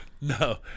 No